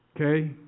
Okay